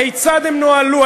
כיצד הן נוהלו,